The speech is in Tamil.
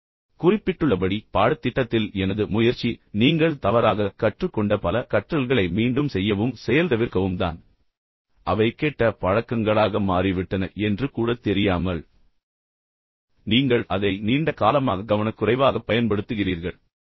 நீங்கள் குறிப்பிட்டுள்ளபடி பாடத்திட்டத்தில் எனது முயற்சி நீங்கள் தவறாகக் கற்றுக்கொண்ட பல கற்றல்களை மீண்டும் செய்யவும் செயல்தவிர்க்கவும் தான் உங்களிடம் ஒரு கெட்ட பழக்கமாக உள்வாங்கி விட்டது அவை கெட்ட பழக்கங்களாக மாறிவிட்டன என்று கூட தெரியாமல் பின்னர் நீங்கள் அதை நீண்ட காலமாக கவனக்குறைவாகப் பயன்படுத்துகிறீர்கள்